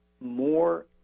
more